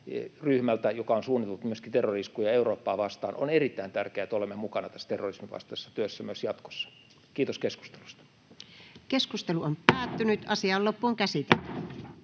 joka on suunnitellut terrori-iskuja myöskin Eurooppaa vastaan. On erittäin tärkeää, että olemme mukana tässä terrorisminvastaisessa työssä myös jatkossa. — Kiitos keskustelusta. Lähetekeskustelua varten esitellään